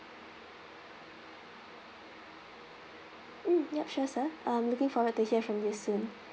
mm ya sure sir I'm looking forward to hear from you soon